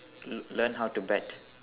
learn how to bet